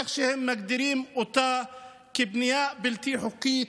איך שהם מגדירים אותה, היא בנייה בלתי חוקית,